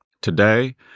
Today